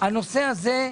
והנושא הזה,